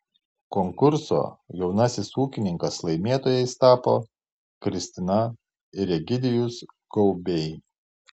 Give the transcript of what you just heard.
konkurso jaunasis ūkininkas laimėtojais tapo kristina ir egidijus gaubiai